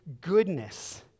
goodness